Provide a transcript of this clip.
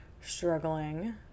struggling